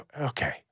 okay